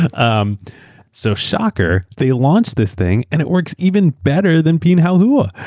um so shocker, they launched this thing and it works even better than pinhaohuo.